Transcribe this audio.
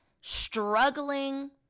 struggling